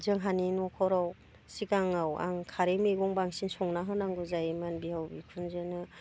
जोंहानि न'खराव सिगाङाव आं खारै मैगं बांसिन संना होनांगौ जायोमोन बिहाव बिखुनजोनो